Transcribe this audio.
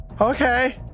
Okay